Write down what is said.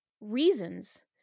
reasons